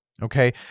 Okay